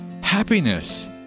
happiness